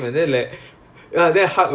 then they got some backlash right